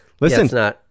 Listen